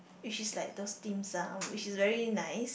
which is like those Dim Sum which is very nice